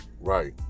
Right